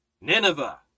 nineveh